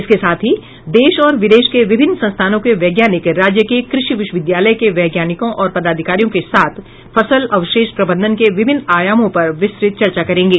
इसके साथ ही देश और विदेश के विभिन्न संस्थानों के वैज्ञानिक राज्य के कृषि विश्वविद्यालय के वैज्ञानिकों और पदाधिकारियों के साथ फसल अवशेष प्रबंधन के विभिन्न आयामों पर विस्तृत चर्चा करेंगे